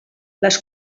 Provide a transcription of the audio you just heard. les